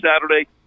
Saturday